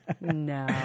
No